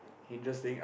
interesting uh